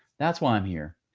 that's why i'm here.